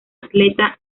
atleta